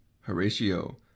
Horatio